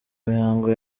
mihango